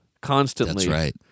constantly